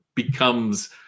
becomes